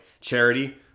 charity